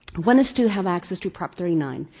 one is to have access to prop. thirty nine,